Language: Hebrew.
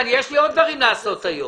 ואני רוצה להוסיף עוד משהו.